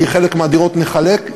כי חלק מהדירות נחלק,